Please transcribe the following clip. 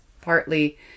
partly